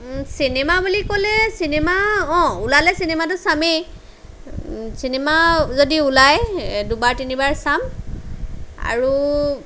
cinema বুলি ক'লে cinema অঁ ওলালে চিনেমাটো চামেই চিনেমা যদি ওলাই দুবাৰ তিনিবাৰ চাম আৰু